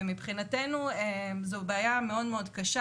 ומבחינתנו זו בעיה מאוד קשה,